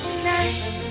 tonight